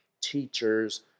teachers